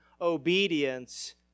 obedience